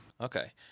Okay